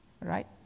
right